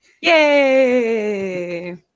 Yay